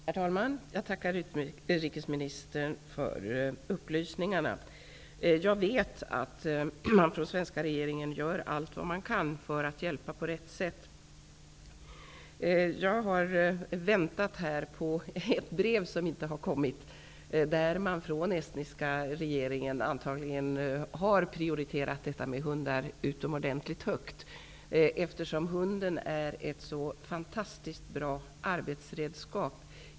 Herr talman! Jag tackar utrikesministern för upplysningarna. Jag vet att den svenska regeringen gör allt vad man kan för att hjälpa på rätt sätt. Jag har väntat på ett brev som inte har kommit, där den estniska regeringen antagligen har prioriterat anskaffande av hundar utomordentligt högt, eftersom hunden är ett så fantastiskt bra arbetsredskap.